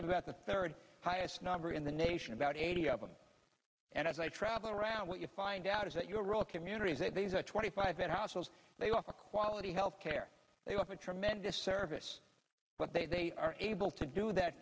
have about the third highest number in the nation about eighty of them and as i travel around what you find out is that your real communities that these are twenty five houses they offer quality health care they have a tremendous service but they are able to do that